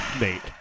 mate